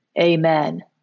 Amen